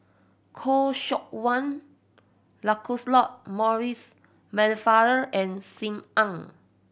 Khoo Seok Wan Lancelot Maurice Pennefather and Sim Ann